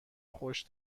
خوش